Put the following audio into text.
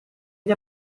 gli